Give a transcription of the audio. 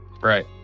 Right